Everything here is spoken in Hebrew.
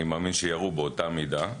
אני מאמין שירו באותה מידה.